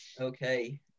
Okay